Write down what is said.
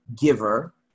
giver